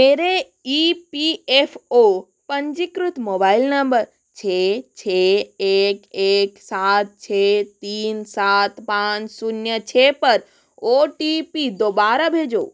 मेरे E P F O पंजीकृत mobile number छः छः एक एक सात छः तीन सात पान शून्य छः पर ओ टी पी दोबारा भेजो